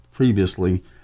Previously